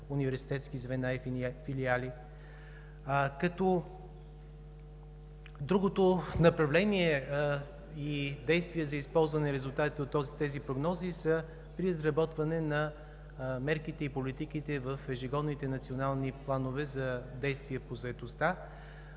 университетски звена и филиали. Другото направление и действие за използване на резултатите от тези прогнози са при изработване на мерките и политиките в ежегодните национални планове за действие по заетостта